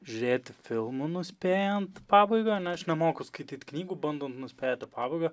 žiūrėti filmų nuspėjant pabaigą na aš nemoku skaityt knygų bandant nuspėti pabaigą